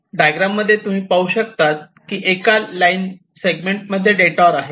diagram मध्ये तुम्ही पाहू शकतात की एका लाईन सेगमेंटमध्ये डेटोर आहे